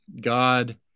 God